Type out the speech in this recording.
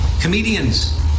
Comedians